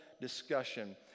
discussion